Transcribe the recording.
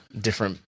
different